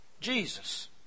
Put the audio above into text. Jesus